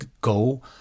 go